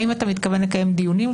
האם אתה מתכוון לקיים דיונים?